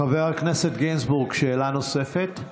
חבר הכנסת גינזבורג, שאלה נוספת?